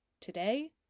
Today